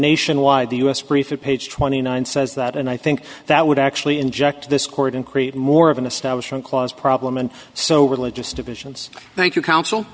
nationwide the u s briefer page twenty nine says that and i think that would actually inject this court and create more of an establishment clause problem and so religious divisions thank you counsel